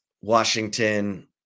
Washington